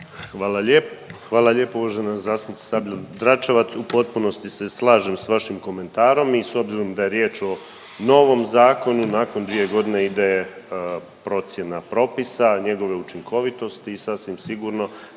Hvala lijepo uvažena zastupnice Sabljar Dračevac. U potpunosti se slažem s vašim komentarom i s obzirom da je riječ o novom zakonu nakon dvije godine ide procjena propisa, njegove učinkovitosti i sasvim sigurno